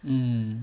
mm